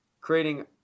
creating